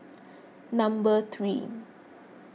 number three